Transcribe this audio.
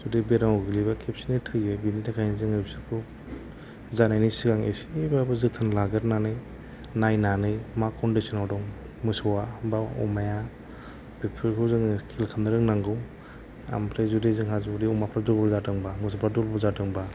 जुदि बेरामाव गोग्लैयोबा खेबसेनो थैयो बिनि थाखाय जोङो बिसोरखौ जानायनि सिगां इसेबाबो जोथोन लाग्रोनानै नायनानै मा कन्डिसनाव दं मोसौआ बा अमाया बेफोरखौ जोङो खेल खालामनो रोंनांगौ ओमफ्राय जुदि जोंहा अमाफोरा दुरबल जादोंबा मोसौफोरा दुरबल जादोंबा